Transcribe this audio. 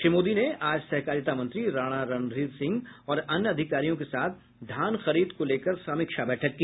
श्री मोदी ने आज सहकारिता मंत्री राणा रणधीर सिंह और अन्य अधिकारियों के साथ धान खरीद को लेकर समीक्षा बैठक की